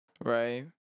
Right